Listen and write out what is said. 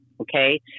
okay